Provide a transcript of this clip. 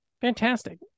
Fantastic